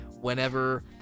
whenever